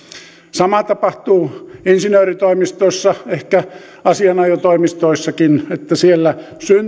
sama tapahtuu insinööritoimistoissa ehkä asianajotoimistoissakin että siellä